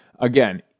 Again